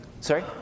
sorry